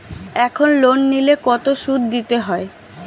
এখন লোন নিলে কত সুদ দিতে হয়?